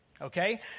okay